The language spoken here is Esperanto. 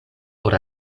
por